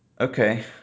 Okay